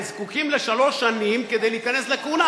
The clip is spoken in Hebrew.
וזקוקים לשלוש שנים כדי להיכנס לכהונה.